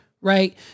right